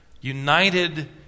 united